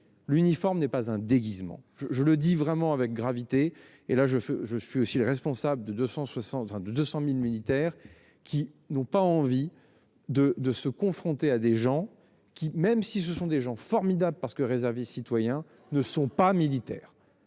L'uniforme n'est pas un déguisement je je le dis vraiment avec gravité et là je veux je suis aussi les responsables de 260 de 200.000 militaires qui n'ont pas envie de, de se confronter à des gens qui, même si ce sont des gens formidables parce que réserviste citoyen ne sont pas militaire.